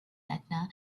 edna